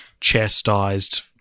chastised